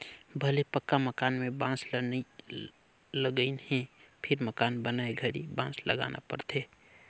भले पक्का मकान में बांस ल नई लगईंन हे फिर मकान बनाए घरी बांस लगाना पड़थे